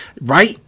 Right